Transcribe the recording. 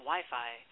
Wi-Fi